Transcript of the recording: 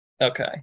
Okay